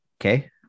Okay